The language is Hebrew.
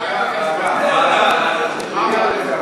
ועדה, ועדה, ועדה.